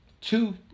two